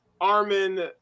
Armin